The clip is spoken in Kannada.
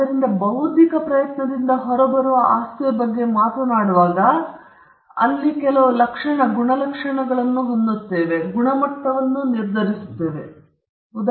ಆದ್ದರಿಂದ ಬೌದ್ಧಿಕ ಪ್ರಯತ್ನದಿಂದ ಹೊರಬರುವ ಆಸ್ತಿಯ ಬಗ್ಗೆ ನಾವು ಮಾತನಾಡುವಾಗ ನಾವು ಆ ರೀತಿಯಲ್ಲಿ ಲಕ್ಷಣ ಬಯಸಿದ್ದೇವೆ